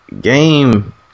game